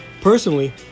Personally